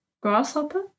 Grasshopper